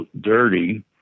dirty